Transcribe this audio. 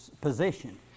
position